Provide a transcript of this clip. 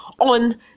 on